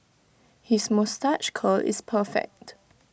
his moustache curl is perfect